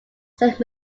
said